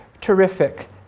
terrific